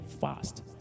fast